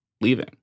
leaving